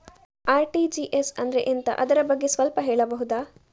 RTGS ಅಂದ್ರೆ ಎಂತ ಅದರ ಬಗ್ಗೆ ಸ್ವಲ್ಪ ಹೇಳಬಹುದ?